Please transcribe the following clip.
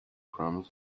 proms